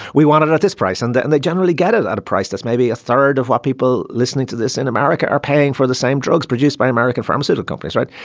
we want it it at this price. and and they generally get it at a price that's maybe a third of what people listening to this in america are paying for the same drugs produced by american pharmaceutical companies. right.